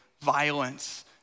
violence